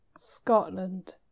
Scotland